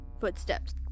Footsteps